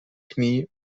knie